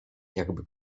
jakby